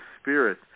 spirit